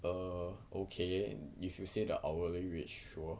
err okay if you say the hourly rate sure